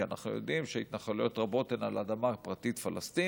כי אנחנו יודעים שהתנחלויות רבות הן על אדמה פרטית פלסטינית,